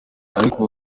ariko